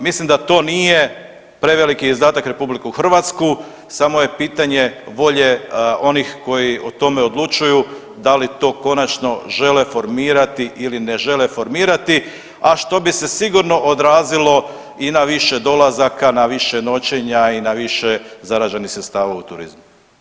Mislim da to nije preveliki izdatak RH samo je pitanje volje onih koji o tome odlučuju da li to konačno žele formirati ili ne žele formirati, a što bi se sigurno odrazilo i na više dolazaka, na više noćenja i na više zarađenih sredstava u turizmu.